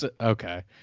Okay